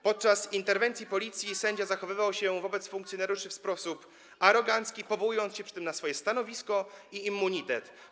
Podczas interwencji policji sędzia zachowywał się wobec funkcjonariuszy w sposób arogancki, powołując się przy tym na swoje stanowisko i immunitet.